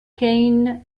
kane